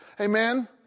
Amen